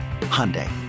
Hyundai